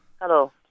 Hello